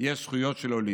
יש זכויות של עולים.